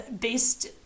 based